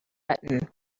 button